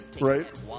Right